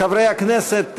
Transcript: חברי הכנסת,